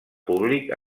públic